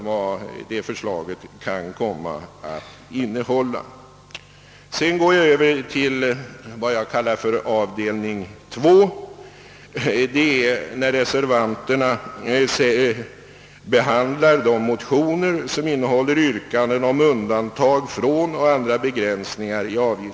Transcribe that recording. Vad det förslaget kan komma att innehålla vet man aldrig. Jag övergår så till vad jag skulle vilja kalla avdelning 2, nämligen där reservanterna behandlar de motioner som innehåller yrkanden om undantag från avgiftsplikt eller andra begränsningar av den.